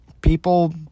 People